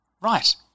Right